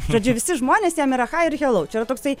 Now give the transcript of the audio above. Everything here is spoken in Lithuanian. žodžiu visi žmonės jam yra hai ir helou čia yra toksai